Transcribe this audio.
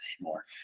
anymore